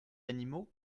animaux